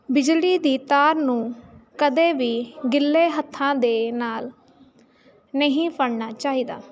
ਬਿਜਲੀ ਦੀ ਤਾਰ ਨੂੰ ਕਦੇ ਵੀ ਗਿੱਲੇ ਹੱਥਾਂ ਦੇ ਨਾਲ ਨਹੀਂ ਫੜਨਾ ਚਾਹੀਦਾ